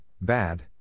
bad